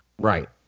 Right